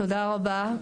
תודה רבה,